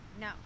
no